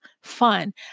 fun